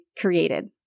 created